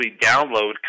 download